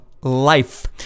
Life